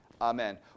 Amen